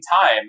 time